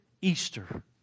Easter